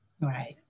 Right